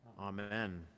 Amen